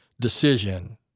decision